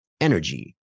energy